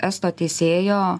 esto teisėjo